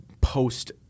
post